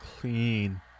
Clean